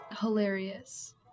hilarious